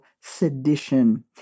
sedition